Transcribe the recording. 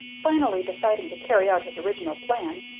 finally, deciding to carry out his original plan,